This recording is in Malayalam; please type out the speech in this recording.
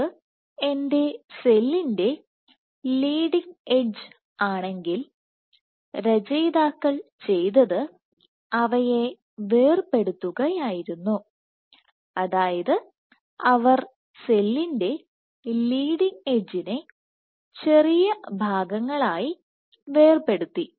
ഇത് എന്റെ സെല്ലിന്റെ ലീഡിങ് എഡ്ജ് ആണെങ്കിൽ രചയിതാക്കൾ ചെയ്തത് അവയെ വേർപ്പെടുത്തുകയായിരുന്നു അതായത് അവർ സെല്ലിന്റെ ലീഡിങ് എഡ്ജിനെ ചെറിയ ഭാഗങ്ങളായി വേർപ്പെടുത്തി